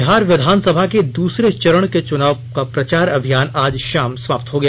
बिहार विधानसभा के दूसरे चरण के चुनाव का प्रचार अभियान आज शाम समाप्त हो गया